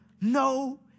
no